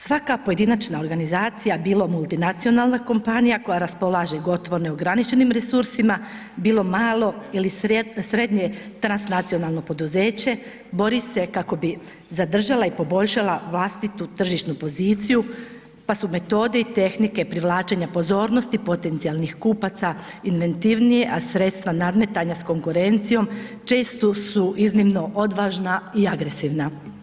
Svaka pojedinačna organizacija, bilo multinacionalna kompanija koja raspolaže gotovo neograničenim resursima, bilo malo ili srednje transnacionalno poduzeće, bori se kako bi zadržala i poboljšala vlastitu tržišnu poziciju, pa su metode i tehnike privlačenja pozornosti potencijalnih kupaca inventivnije, a sredstva nadmetanja s konkurencijom često su iznimno odvažna i agresivna.